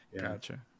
gotcha